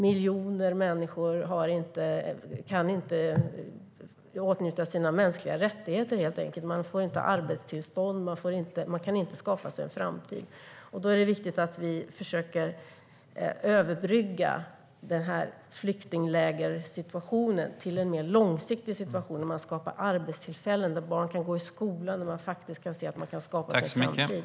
Miljoner människor kan inte åtnjuta sina mänskliga rättigheter, helt enkelt. De får inte arbetstillstånd och kan inte skapa sig en framtid. Det är viktigt att vi försöker överbygga flyktinglägersituationen till en mer långsiktig situation där man skapar arbetstillfällen, där barn kan gå i skolan och människor kan se att de kan skapa sig en framtid.